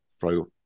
throw